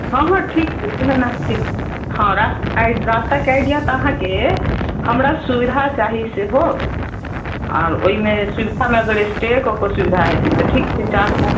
हाँ हाँ ठीक छै कोनो नहि ठीक छै हॅं राखू राखै के आईडिया तऽ अहाँ के हमरा सुविधा चाही सेहो आर ओई मे सुविधा मे अगर स्टेय करै के सुविधा हेतै तऽ ठीक छै चार्ज लय